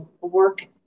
work